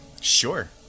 Sure